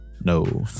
No